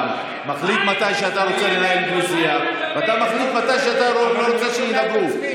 מחליט מתי אתה רוצה לנהל דו-שיח ומחליט מתי אתה לא רוצה שהם ידברו.